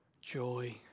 joy